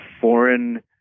foreign